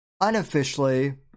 unofficially